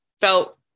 felt